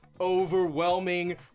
overwhelming